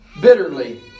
bitterly